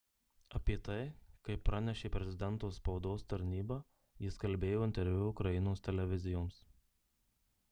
apie tai kaip pranešė prezidento spaudos tarnyba jis kalbėjo interviu ukrainos televizijoms